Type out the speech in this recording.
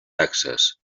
taxes